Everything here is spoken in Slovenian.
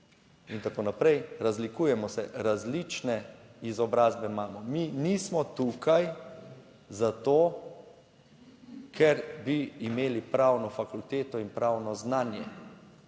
in tako naprej. Razlikujemo se, različne izobrazbe imamo. Mi nismo tukaj zato, ker bi imeli pravno fakulteto in **31.